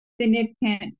significant